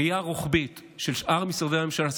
הראייה הרוחבית של שאר משרדי הממשלה,